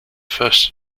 first